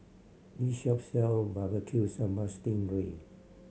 this shop sell Barbecue Sambal sting ray